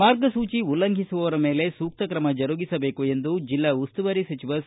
ಮಾರ್ಗಸೂಚಿ ಉಲ್ಲಂಘಿಸುವವರ ಮೇಲೆ ಸೂಕ್ತ ತ್ರಮ ಜರುಗಿಸಬೇಕು ಎಂದು ಜಿಲ್ಲಾ ಉಸ್ತುವಾರಿ ಸಚಿವ ಸಿ